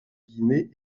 guinée